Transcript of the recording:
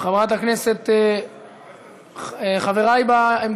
את הצעת חוק הפיקוח על שירותים פיננסיים (קופות גמל) (תיקון,